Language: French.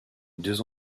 deux